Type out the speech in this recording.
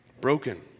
broken